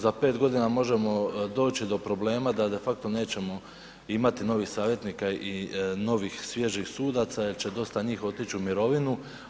Za pet godina možemo doći do problema da de facto nećemo imati novih savjetnika i novih svježih sudaca jel će dosta njih otići u mirovinu.